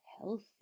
healthy